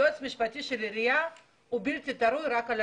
יועץ משפטי של עירייה הוא בלתי תלוי רק על